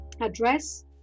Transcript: address